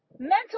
mental